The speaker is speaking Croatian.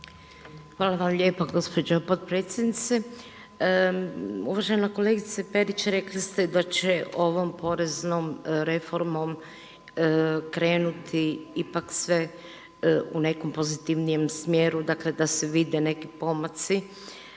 Hvala lijepo gospođo potpredsjednice. Uvažena kolegice Perić rekli ste da će ovom poreznom reformom krenuti ipak sve u nekom pozitivnijem smjeru, dakle da se vide neki pomaci.